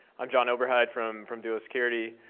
i'm jon oberheide from from duo security.